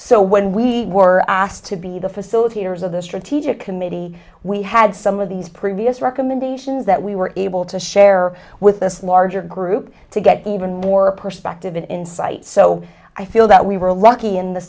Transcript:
so when we were asked to be the facilitators of the strategic committee we had some of these previous recommendations that we were able to share with this larger group to get even more perspective and insight so i feel that we were lucky in the